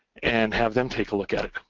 and have them take a look at it,